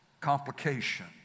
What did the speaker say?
complication